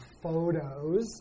Photos